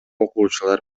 окуучулар